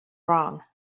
wrong